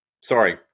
sorry